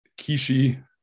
Kishi